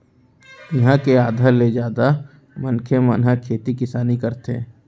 इहाँ के आधा ले जादा मनखे मन ह खेती किसानी करथे